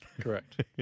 correct